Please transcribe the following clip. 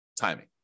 timing